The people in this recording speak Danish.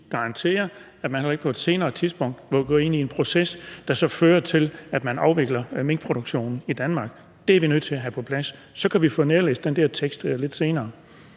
garantere, at man heller ikke på et senere tidspunkt må gå ind i en proces, der så fører til, at man afvikler minkproduktionen i Danmark? Det er vi nødt til at have på plads. Så kan vi få nærlæst teksten til det der